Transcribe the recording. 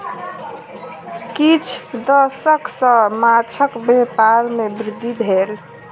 किछ दशक सॅ माँछक व्यापार में वृद्धि भेल